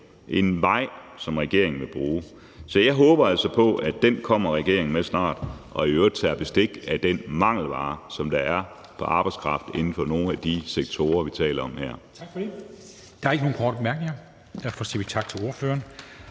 en vej, som regeringen vil bruge. Så jeg håber altså på, at regeringen snart kommer med den, og at man i øvrigt tager bestik af den mangelvare, der er på arbejdskraft inden for nogle af de sektorer, vi taler om her.